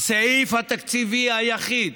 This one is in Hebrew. הסעיף התקציבי היחיד